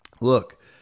Look